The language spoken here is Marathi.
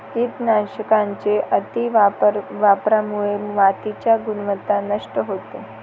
कीटकनाशकांच्या अतिवापरामुळे मातीची गुणवत्ता नष्ट होते